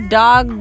dog